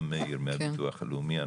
גם מאיר מנהל הביטוח הלאומי,